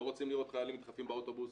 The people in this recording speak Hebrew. לא רוצים לראות חיילים נדחפים באוטובוס.